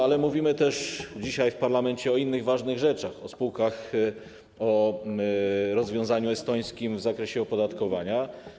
Ale mówimy też dzisiaj w parlamencie o innych ważnych rzeczach, o spółkach, o rozwiązaniu estońskim w zakresie opodatkowania.